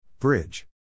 Bridge